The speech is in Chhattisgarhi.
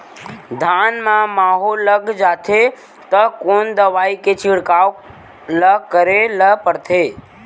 धान म माहो लग जाथे त कोन दवई के छिड़काव ल करे ल पड़थे?